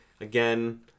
again